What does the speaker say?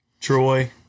troy